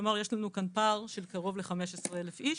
כלומר, יש לנו כאן פער של קרוב ל-15,000 איש,